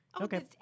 Okay